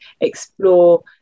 explore